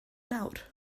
nawr